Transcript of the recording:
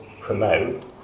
promote